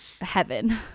heaven